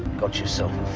got yourself